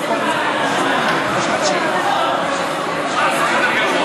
אפשרויות לקואליציה: או למשוך את החוק,